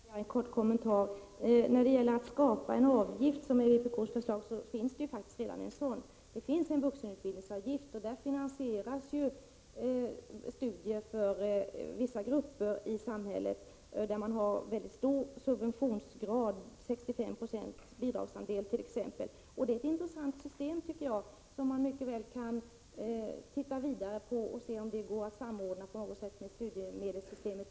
Fru talman! Bara ytterligare en kort kommentar. Vpk:s förslag är att det skall införas en avgift härvidlag, men det finns ju redan en sådan. Det finns en vuxenutbildningsavgift, och med denna finansieras studier för vissa grupper i samhället. Subventionsgraden är väldigt hög—65 26 bidragsandelt.ex. Det är ett intressant system, tycker jag, som man mycket väl kan se mera på och undersöka om det går att få till stånd en samordning med studiemedelssystemet.